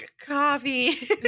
coffee